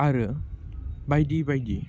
आरो बायदि बायदि